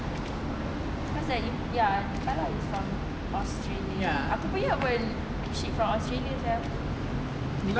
cause that ya I like that it's from australia aku punya pun she from australia sia